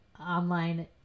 online